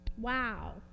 Wow